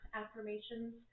affirmations